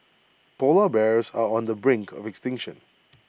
Polar Bears are on the brink of extinction